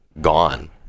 gone